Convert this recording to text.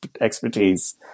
expertise